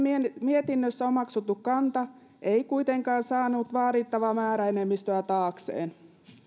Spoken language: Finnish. mietinnössä omaksuttu kanta ei kuitenkaan saanut vaadittavaa määräenemmistöä taakseen